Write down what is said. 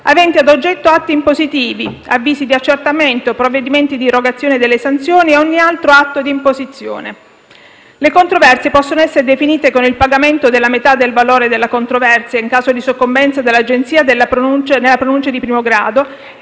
aventi ad oggetto atti impositivi, avvisi di accertamento, provvedimenti di erogazione delle sanzioni e ogni altro atto di imposizione. Le controversie possono essere definite con il pagamento della metà del valore della controversia, in caso di soccombenza dell'Agenzia nella pronuncia di primo grado,